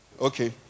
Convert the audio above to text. Okay